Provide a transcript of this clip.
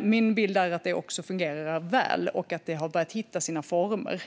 Min bild är att det också fungerar väl och att det har börjat hitta sina former.